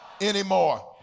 anymore